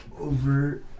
over